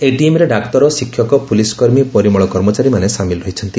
ଏହି ଟିମରେ ଡାକ୍ତର ଶିଷକ ପୋଲିସକର୍ମୀ ପରିମଳ କର୍ମଚାରୀ ମାନେ ସାମିଲ ରହିଛି